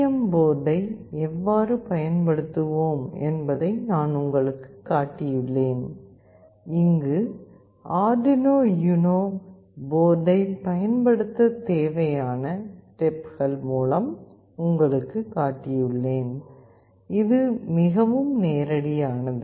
M போர்டை எவ்வாறு பயன்படுத்துவோம் என்பதை நான் உங்களுக்குக் காட்டியுள்ளேன் இங்கு ஆர்டுயினோ யுனோ போர்டைப் பயன்படுத்தத் தேவையான ஸ்டெப்கள் மூலம் உங்களுக்குக் காட்டியுள்ளேன் இது மீண்டும் மிகவும் நேரடியானது